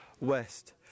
West